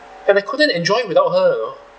and I couldn't enjoy without her you know